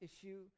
issue